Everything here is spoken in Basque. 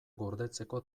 gordetzeko